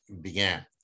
began